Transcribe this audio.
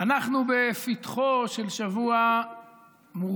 אנחנו בפתחו של שבוע מורכב,